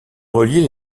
relier